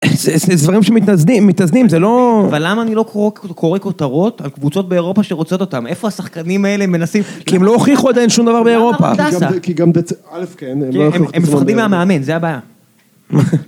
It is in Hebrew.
זה דברים שמתאזנים, זה לא... אבל למה אני לא קורא כותרות על קבוצות באירופה שרוצות אותן? איפה השחקנים האלה מנסים... כי הם לא הוכיחו עדיין שום דבר באירופה. כי גם בעצם, א' כן, הם לא הוכיחו שום דבר. כי הם מפחדים מהמאמן, זה הבעיה.